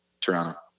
Toronto